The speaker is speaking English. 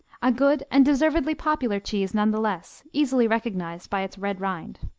a good and deservedly popular cheese none the less, easily recognized by its red rind.